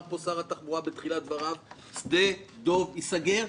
פה שר התחבורה בתחילת דבריו שדה דב ייסגר.